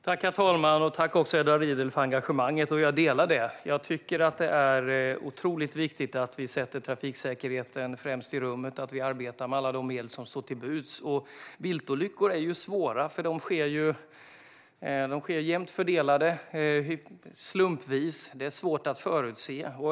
Herr talman! Tack, Edward Riedl, för engagemanget! Jag delar det. Jag tycker att det är otroligt viktigt att vi sätter trafiksäkerheten främst i rummet och att vi arbetar med alla de medel som står till buds. Viltolyckor är svåra, för de sker slumpvis. De är svåra att förutse.